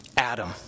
Adam